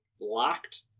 locked